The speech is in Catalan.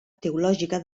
teològica